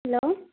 hello